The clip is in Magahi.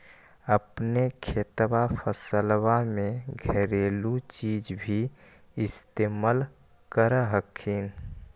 अपने खेतबा फसल्बा मे घरेलू चीज भी इस्तेमल कर हखिन?